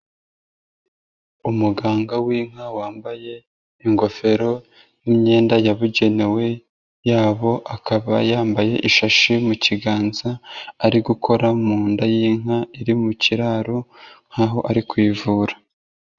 Umuganga w'inka wambaye ingofero n'imyenda yabugenewe yabo akaba yambaye ishashi mu kiganza ari gukora mu nda y'inka iri mu kiraro nkaho ari kuyivura.